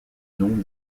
nom